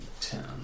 ten